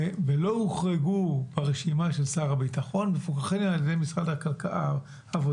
ולא הוחרגו ברשימה של שר הביטחון מפוקחים על ידי משרד העבודה,